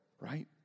right